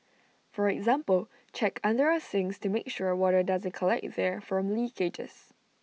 for example check under our sinks to make sure water doesn't collect there from leakages